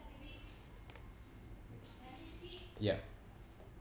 yup